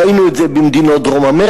ראינו את זה במדינות דרום-אמריקה,